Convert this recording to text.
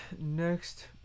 next